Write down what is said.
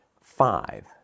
five